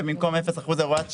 אז במקום אפס אחוז הוראת שעה,